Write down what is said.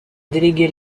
délégué